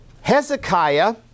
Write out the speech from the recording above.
Hezekiah